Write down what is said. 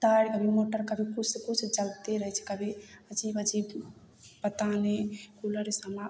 तार कभी कुछ मोटर कऽ कुछ सऽ कुछ जलते रहै छै कभी अजीब अजीब पता नै कूलर से हमरा